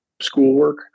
schoolwork